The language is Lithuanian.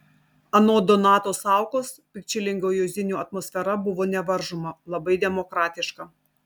anot donato saukos pikčilingio juozinių atmosfera buvo nevaržoma labai demokratiška